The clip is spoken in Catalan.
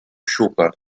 xúquer